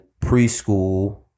preschool